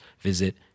visit